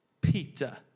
Peter